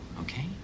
okay